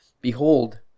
Behold